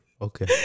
Okay